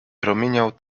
promieniał